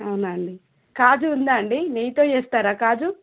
అవునా అండి కాజు ఉందా అండి నెయ్యితో చేసారా కాజు